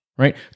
Right